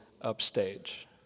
upstage